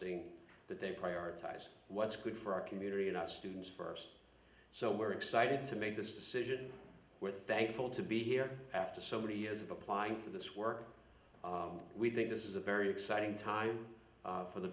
thing that they prioritize what's good for our community and our students first so we're excited to make this decision we're thankful to be here after so many years of applying for this work we think this is a very exciting time for the